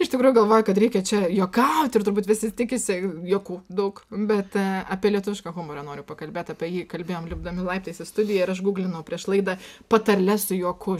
iš tikrųjų galvoju kad reikia čia juokaut ir turbūt visi tikisi juokų daug bet apie lietuvišką humorą noriu pakalbėt apie jį kalbėjom lipdami laiptais į studiją ir aš guglinau prieš laidą patarles su juoku